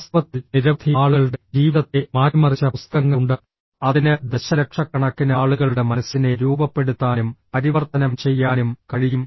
വാസ്തവത്തിൽ നിരവധി ആളുകളുടെ ജീവിതത്തെ മാറ്റിമറിച്ച പുസ്തകങ്ങളുണ്ട് അതിന് ദശലക്ഷക്കണക്കിന് ആളുകളുടെ മനസ്സിനെ രൂപപ്പെടുത്താനും പരിവർത്തനം ചെയ്യാനും കഴിയും